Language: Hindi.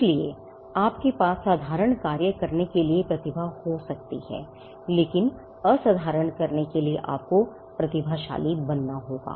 इसलिए आपके पास साधारण कार्य करने के लिए प्रतिभा हो सकती है लेकिन असाधारण करने के लिए आपको प्रतिभाशाली बनना होगा